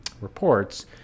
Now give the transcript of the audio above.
reports